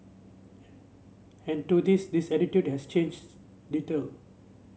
an and to this this attitude has changed little